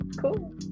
cool